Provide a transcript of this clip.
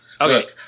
Okay